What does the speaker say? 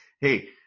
Hey